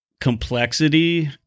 complexity